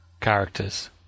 characters